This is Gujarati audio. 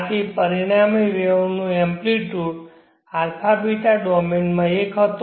આથી પરિણામી વેવ નો એમ્પ્લિટ્યુડ્સ αβ ડોમેનમાં 1 હતો